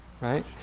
right